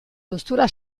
duzula